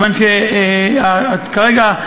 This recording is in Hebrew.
כרגע,